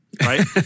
right